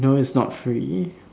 no it's not free